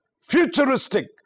Futuristic